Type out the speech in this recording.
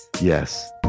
Yes